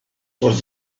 was